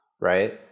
right